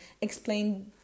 explain